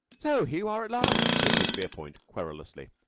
so here you are at last! said miss verepoint, querulously.